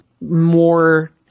more